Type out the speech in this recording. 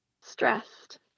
stressed